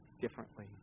differently